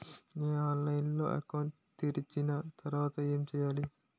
నేను ఆన్లైన్ లో అకౌంట్ తెరిచిన తర్వాత ఏం చేయాలి?